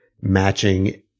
matching